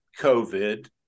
covid